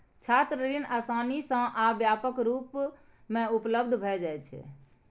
छात्र ऋण आसानी सं आ व्यापक रूप मे उपलब्ध भए जाइ छै